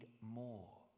more